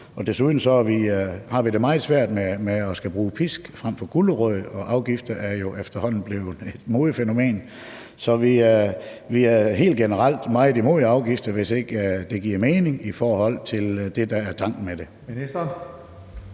Desuden har vi det meget svært med at skulle bruge pisk frem for gulerod, og afgifter er jo efterhånden blevet et modefænomen. Så vi er helt generelt meget imod afgifter, hvis ikke de giver mening i forhold til det,